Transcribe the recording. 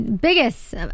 biggest